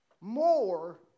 more